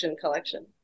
collection